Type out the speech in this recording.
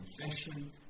confession